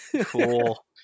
Cool